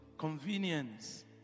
convenience